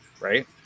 right